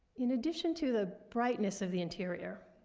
in addition to the brightness of the interior,